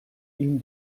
ihn